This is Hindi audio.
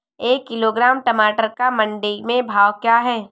एक किलोग्राम टमाटर का मंडी में भाव क्या है?